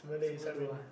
so malu ah